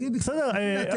תגידי בקצרה.